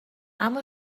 اما